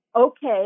Okay